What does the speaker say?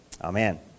Amen